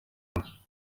umwe